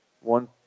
One